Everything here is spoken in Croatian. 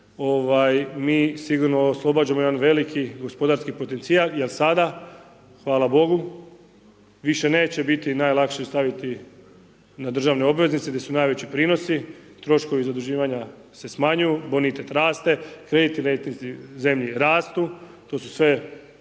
mi slobodno oslobađamo jedan veliki gospodarski potencijal jer sada, hvala bogu, više neće biti najlakše staviti na državne obveznice gdje su najveći prinosi, troškovi zaduživanja se smanjuju, bonitet raste, kreditni rejtinzi zemlje rastu, to su sve efekti